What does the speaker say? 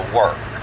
work